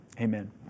amen